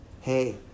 Hey